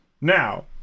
Now